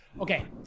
Okay